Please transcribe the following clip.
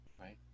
right